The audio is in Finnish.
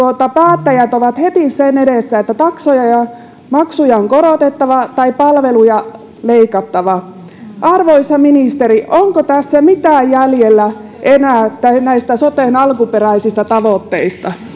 päättäjät ovat heti sen edessä että taksoja ja maksuja on korotettava tai palveluja leikattava arvoisa ministeri onko tässä jäljellä enää mitään näistä soten alkuperäisistä tavoitteista